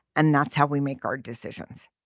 and that's how we make our decisions